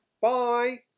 Bye